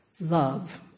Love